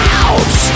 out